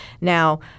Now